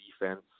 defense